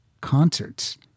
concerts